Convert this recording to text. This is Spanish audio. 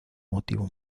motivo